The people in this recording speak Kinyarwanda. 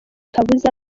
kabuza